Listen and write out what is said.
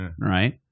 Right